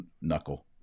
knuckle